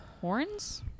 horns